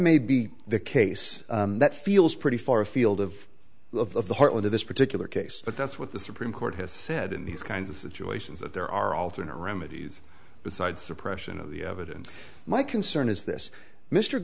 may be the case that feels pretty far afield of the of the heartland of this particular case but that's what the supreme court has said in these kinds of situations that there are alternate remedies besides suppression of the evidence my concern is this mr